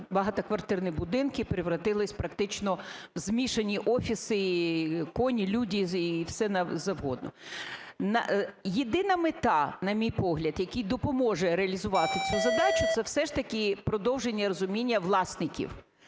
багатоквартирні будинки перетворилися практично у змішані офіси: коні, люди і все завгодно. Єдина мета, на мій погляд, якій допоможе реалізувати цю задачу, це все ж таки продовження і розуміння власників.